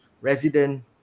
resident